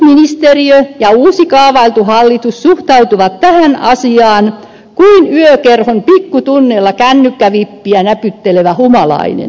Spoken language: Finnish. toimitusministeriö ja uusi kaavailtu hallitus suhtautuvat tähän asiaan kuin yökerhon pikkutunneilla kännykkävippiä näpyttelevä humalainen